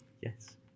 Yes